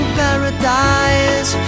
paradise